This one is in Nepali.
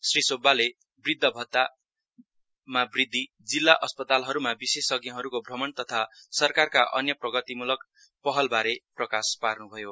श्री सुब्बाले वृद्ध भत्तामा वृद्धि जिल्ला अस्पतालहरूमा विशेषज्ञहरूको भ्रमण तथा सरकारका अन्य प्रगतिमूलक पहलबारे प्रकाश पार्नुभयो